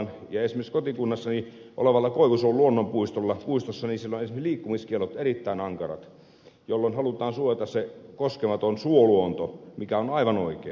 esimerkiksi kotikunnassani olevalla koivusuon luonnonpuistossa ovat esimerkiksi liikkumiskiellot erittäin ankarat jolloin halutaan suojella se koskematon suoluonto mikä on aivan oikein